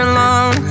long